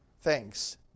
THANKS